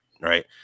Right